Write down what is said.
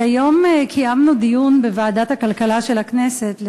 כי היום קיימנו דיון בוועדת הכלכלה של הכנסת,